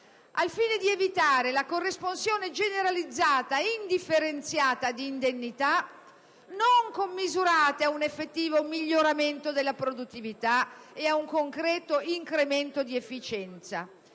al fine di evitare la corresponsione generalizzata e indifferenziata di indennità non commisurate ad un effettivo miglioramento della produttività e ad un concreto incremento di efficienza;